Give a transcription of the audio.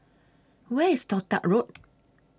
Where IS Toh Tuck Road